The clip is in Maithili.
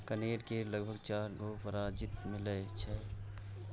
कनेर केर लगभग चारि गो परजाती मिलै छै